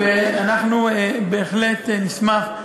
אנחנו בהחלט נשמח,